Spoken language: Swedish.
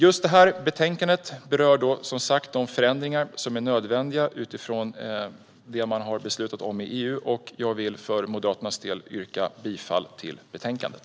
Just det här betänkandet berör, som sagt, de förändringar som är nödvändiga utifrån det man har beslutat om i EU, och jag vill för Moderaternas del yrka bifall till förslaget i betänkandet.